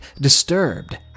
disturbed